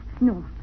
No